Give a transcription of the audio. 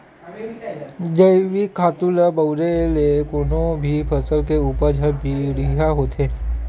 जइविक खातू ल बउरे ले कोनो भी फसल के उपज ह बड़िहा होथे